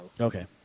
Okay